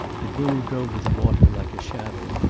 it moved over the water like a shadow,